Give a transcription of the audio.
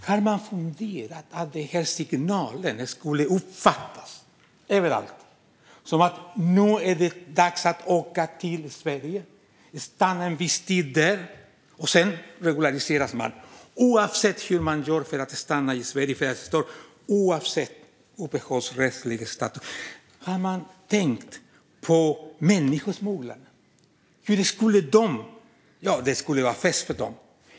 Har man funderat på att denna signal överallt skulle uppfattas som att det nu är dags att åka till Sverige och stanna en viss tid där, och sedan regulariseras man oavsett hur man gör för att stanna i Sverige och oavsett uppehållsrättslig status? Har man tänkt på människosmugglare? Det skulle vara fest för dem!